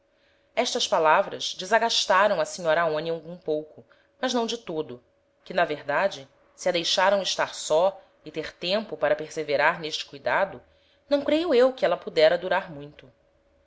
estas palavras desagastaram a senhora aonia algum pouco mas não de todo que na verdade se a deixaram estar só e ter tempo para perseverar n'este cuidado não creio eu que éla pudera durar muito